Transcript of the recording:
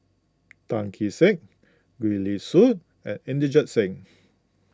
Tan Kee Sek Gwee Li Sui and Inderjit Singh